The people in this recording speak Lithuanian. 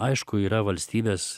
aišku yra valstybės